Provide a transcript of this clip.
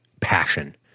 passion